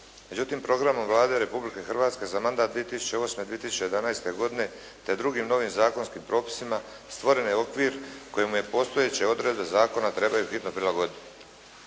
Međutim, programom Vlade Republike Hrvatske za mandat 2008./2011. godine te drugim novim zakonskim propisima stvoren je okvir kojemu postojeće odredbe zakona trebaju hitno prilagoditi.